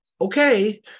Okay